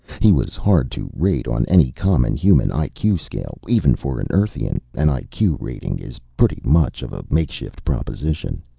he was hard to rate on any common human i q. scale. even for an earthian, an i q. rating is pretty much of a makeshift proposition.